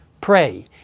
pray